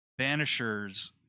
Banishers